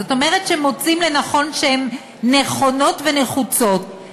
זאת אומרת שמוצאים לנכון שהן נכונות ונחוצות,